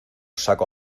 saco